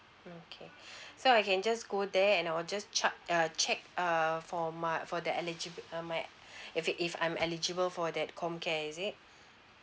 okay so I can just go there and I'll just cha~ uh check err for my for that eligib~ uh my if if I'm eligible for that comcare is it